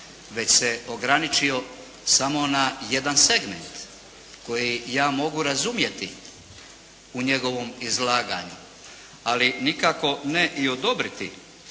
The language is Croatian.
već se ograničio samo na jedan segment koji ja mogu razumjeti u njegovom izlaganju, ali nikako ne i odobriti.